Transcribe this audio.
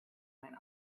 went